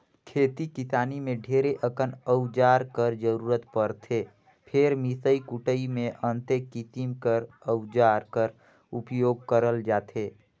खेती किसानी मे ढेरे अकन अउजार कर जरूरत परथे फेर मिसई कुटई मे अन्ते किसिम कर अउजार कर उपियोग करल जाथे